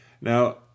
Now